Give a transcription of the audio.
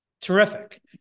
Terrific